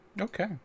okay